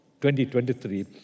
2023